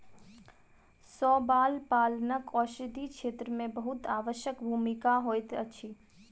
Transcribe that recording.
शैवाल पालनक औषधि क्षेत्र में बहुत आवश्यक भूमिका होइत अछि